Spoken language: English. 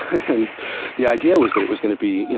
and the idea was that it was going to be, you